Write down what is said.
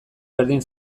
berdin